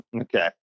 Okay